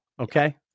Okay